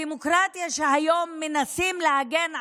הדמוקרטיה שהיום מנסים להגן עליה,